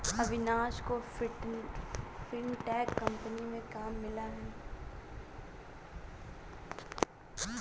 अविनाश को fintech company में काम मिला है